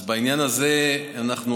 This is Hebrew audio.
אז בעניין הזה אנחנו,